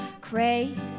crazy